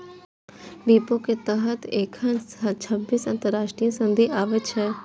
विपो के तहत एखन छब्बीस अंतरराष्ट्रीय संधि आबै छै